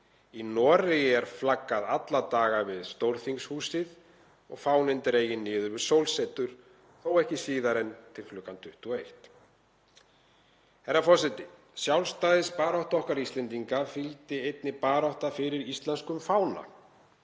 Í Noregi er flaggað alla daga við Stórþingshúsið og fáninn dreginn niður við sólsetur, þó ekki síðar en kl. 21. Herra forseti. Sjálfstæðisbaráttu okkar Íslendinga fylgdi einnig barátta fyrir íslenskum fána.